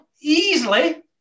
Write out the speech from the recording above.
easily